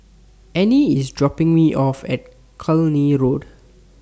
Annie IS dropping Me off At Cluny Road